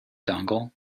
dongle